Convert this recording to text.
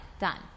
done